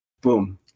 Boom